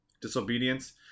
disobedience